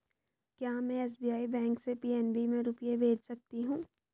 क्या में SBI bank से पी.एन.बी में रुपये भेज सकती हूँ?